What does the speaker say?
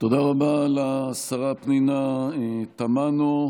תודה רבה לשרה פנינה תמנו.